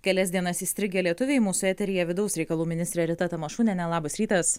kelias dienas įstrigę lietuviai mūsų eteryje vidaus reikalų ministrė rita tamašunienė labas rytas